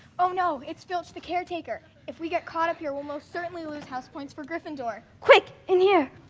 oh no, it's filch the caretaker. if we get caught up here, we'll most certainly lose house points for gryffindor. quick, in here.